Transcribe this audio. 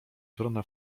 wrona